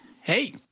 Hey